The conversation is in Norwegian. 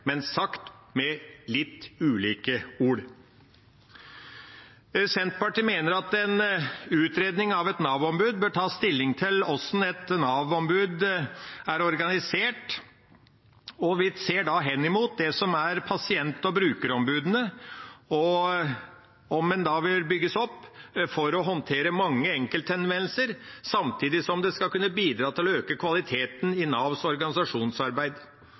men sagt med litt ulike ord. Senterpartiet mener at en utredning av et Nav-ombud bør ta stilling til hvordan et Nav-ombud er organisert, og vi ser da hen imot pasient- og brukerombudene, og om ombudet da vil bygges opp for å håndtere mange enkelthenvendelser, samtidig som det skal kunne bidra til å øke kvaliteten i Navs organisasjonsarbeid.